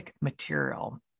material